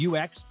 UX